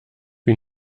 wie